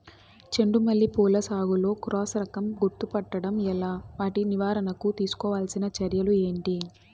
చెండు మల్లి పూల సాగులో క్రాస్ రకం గుర్తుపట్టడం ఎలా? వాటి నివారణకు తీసుకోవాల్సిన చర్యలు ఏంటి?